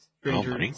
Stranger